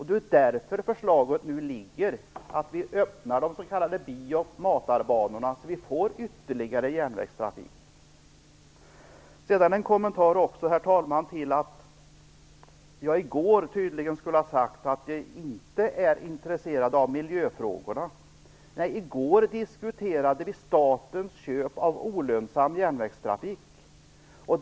Det är därför förslaget nu föreligger om att öppna de s.k. bi och matarbanorna så att vi får ytterligare järnvägstrafik. Sedan vill jag också göra en kommentar, herr talman, till att jag i går tydligen skulle ha sagt att jag inte är intresserad av miljöfrågorna. I går diskuterade vi statens köp av olönsam järnvägstrafik.